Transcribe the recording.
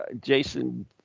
Jason